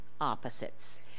opposites